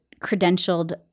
credentialed